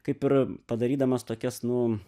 kaip ir padarydamas tokias nu